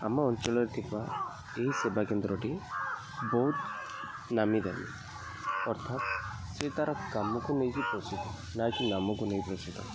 ଆମ ଅଞ୍ଚଳରେ ଥିବା ଏହି ସେବା କେନ୍ଦ୍ରଟି ବହୁତ ନାମିଦାମୀ ଅର୍ଥାତ୍ ସେ ତା'ର କାମକୁ ନେଇକି ପ୍ରସିଦ୍ଧ ନା କି ନାମକୁ ନେଇକି ପ୍ରସିଦ୍ଧ